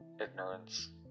ignorance